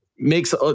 makes